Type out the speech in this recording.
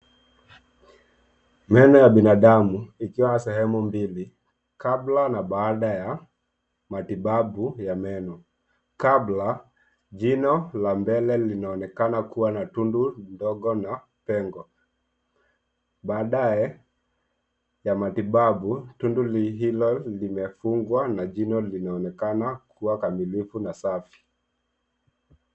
Meno ya binadamu ikiwa sehemu mbili kabla na baada ya matibabu ya meno. Kabla, jino la mbele linaonekana kuwa na tundu ndogo na pengo. Baadae ya matibabu, tundu hilo limefungwa na jino linaonekana kuwa kamilifu na safi.